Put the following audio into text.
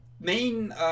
main